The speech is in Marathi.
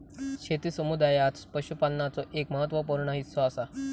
शेती समुदायात पशुपालनाचो एक महत्त्व पूर्ण हिस्सो असा